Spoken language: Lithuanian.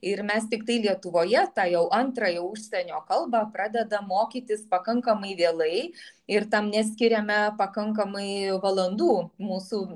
ir mes tiktai lietuvoje tą jau antrąją užsienio kalbą pradeda mokytis pakankamai vėlai ir tam neskiriame pakankamai valandų mūsų